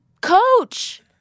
coach